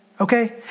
okay